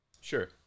Sure